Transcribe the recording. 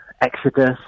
exodus